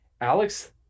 Alex